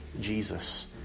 Jesus